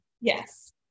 Yes